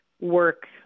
work